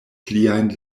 pliajn